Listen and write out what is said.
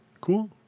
Cool